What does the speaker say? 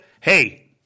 hey